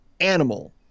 animal